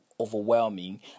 overwhelming